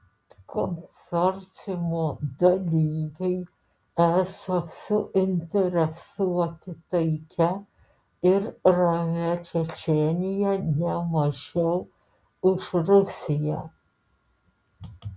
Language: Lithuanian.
konsorciumo dalyviai esą suinteresuoti taikia ir ramia čečėnija ne mažiau už rusiją